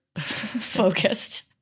focused